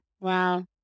Wow